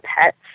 pets